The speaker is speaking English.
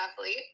athlete